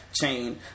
chain